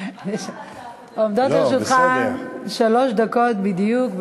עומדות לרשותך שלוש דקות בדיוק.